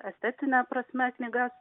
estetine prasme knygas